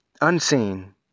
Unseen